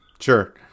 sure